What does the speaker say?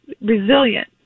resilient